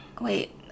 wait